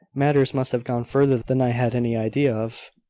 matters must have gone further than i had any idea of.